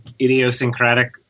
idiosyncratic